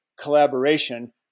collaboration